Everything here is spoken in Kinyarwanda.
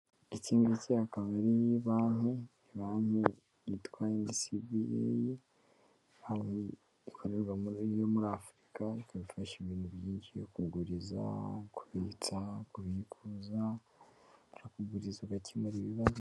Iki ngiki akaba ari banki, banki yitwa NCBA ikorerwa yo muri Afurika ikaba ifasha ibintu byinshi yo kuguriza kubitsa kubikuza no kuguriza ugakemura ibibazo.